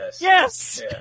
Yes